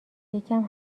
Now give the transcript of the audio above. یکم